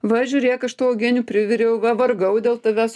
va žiūrėk aš tau uogienių priviriau va vargau dėl tavęs